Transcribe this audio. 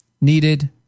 needed